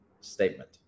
Statement